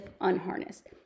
unharnessed